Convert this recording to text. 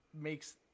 makes